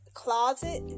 closet